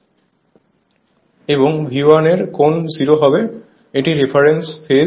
এবং V 1 এর কোণ 0 হবে এটি রেফারেন্স ফেজ